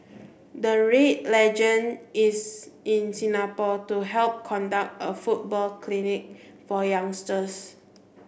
the Red legend is in Singapore to help conduct a football clinic for youngsters